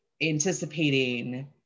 anticipating